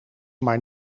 maar